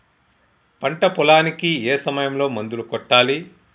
పంట పొలానికి ఏ సమయంలో మందులు కొట్టాలి?